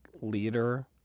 leader